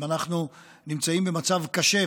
אם אנחנו נמצאים במצב קשה,